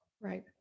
Right